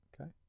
okay